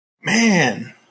Man